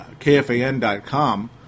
kfan.com